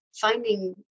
finding